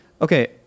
Okay